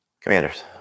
Commanders